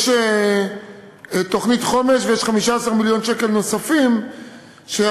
יש תוכנית חומש ויש 15 מיליון שקל נוספים שהמשרד